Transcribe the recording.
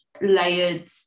layered